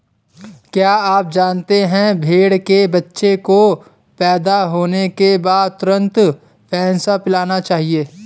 क्या आप जानते है भेड़ के बच्चे को पैदा होने के बाद तुरंत फेनसा पिलाना चाहिए?